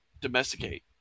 domesticate